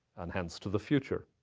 and hence to the future.